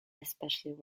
especially